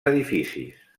edificis